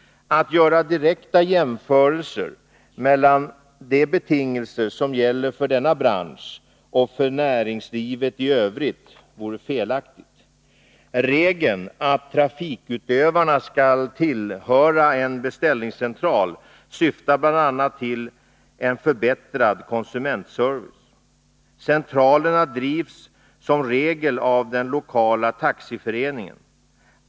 Att göra direkta jämförelser mellan de betingelser som gäller för denna bransch och för näringslivet i övrigt vore felaktigt. Regeln att trafikutövarna skall tillhöra en beställningscentral syftar bl.a. till en förbättrad konsumentservice. Centralerna drivs som regel av den lokala taxiföreningen.